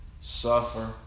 suffer